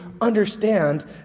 understand